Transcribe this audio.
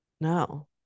No